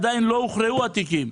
עדיין לא הוכרעו התיקים.